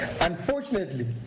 Unfortunately